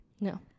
No